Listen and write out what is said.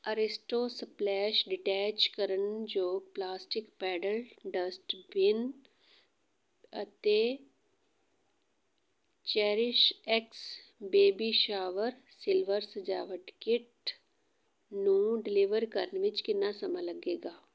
Aristo splash detach ਕਰਨ ਯੋਗ plastic pedal dustbin ਅਤੇ ਚੇਰੀਸ਼ਐਕਸ ਬੇਬੀ ਸ਼ਾਵਰ ਸਿਲਵਰ ਸਜਾਵਟ ਕਿੱਟ ਨੂੰ ਡਿਲੀਵਰ ਕਰਨ ਵਿੱਚ ਕਿੰਨਾ ਸਮਾਂ ਲੱਗੇਗਾ